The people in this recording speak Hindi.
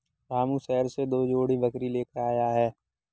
रामू शहर से दो जोड़ी बकरी लेकर आया है